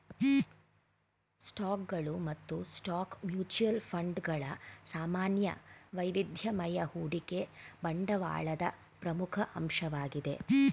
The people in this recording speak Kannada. ಸ್ಟಾಕ್ಗಳು ಮತ್ತು ಸ್ಟಾಕ್ ಮ್ಯೂಚುಯಲ್ ಫಂಡ್ ಗಳ ಸಾಮಾನ್ಯ ವೈವಿಧ್ಯಮಯ ಹೂಡಿಕೆ ಬಂಡವಾಳದ ಪ್ರಮುಖ ಅಂಶವಾಗಿದೆ